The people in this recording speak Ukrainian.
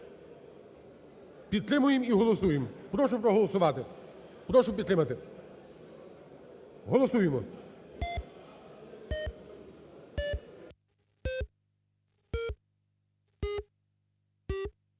Підтримуємо і голосуємо. Прошу проголосувати, прошу підтримати. Голосуємо!